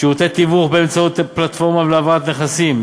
שירותי תיווך באמצעות פלטפורמות להעברת נכסים,